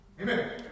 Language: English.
Amen